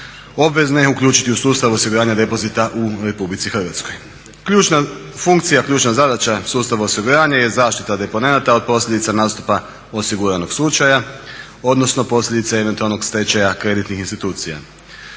obvezne uključiti u sustav osiguranja depozita u RH. Ključna zadaća sustava osiguranja je zaštita deponenata od posljedica nastupa osiguranog slučaja odnosno posljedica eventualnog stečaja kreditnih institucija.